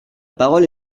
parole